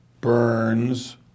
Burns